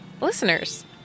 Listeners